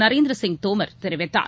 நரேந்திரசிங் தோமர் தெரிவித்தார்